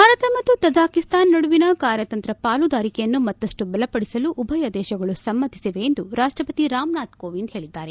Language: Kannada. ಭಾರತ ಮತ್ತು ತಜಕಿಸ್ತಾನ ನಡುವಿನ ಕಾರ್ಯತಂತ್ರ ಪಾಲುದಾರಿಕೆಯನ್ನು ಮತ್ತಮ್ನ ಬಲಪಡಿಸಲು ಉಭಯ ದೇಶಗಳು ಸಮ್ನತಿಸಿವೆ ಎಂದು ರಾಷ್ಟಪತಿ ರಾಮನಾಥ್ ಕೋವಿಂದ್ ಹೇಳಿದ್ದಾರೆ